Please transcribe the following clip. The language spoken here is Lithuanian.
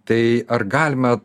tai ar galime